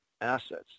assets